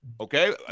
okay